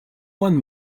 one